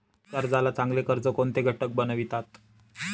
कर्जाला चांगले कर्ज कोणते घटक बनवितात?